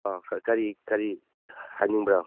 ꯑꯣ ꯀꯔꯤ ꯀꯔꯤ ꯍꯥꯏꯅꯤꯡꯕꯔꯣ